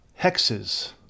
hexes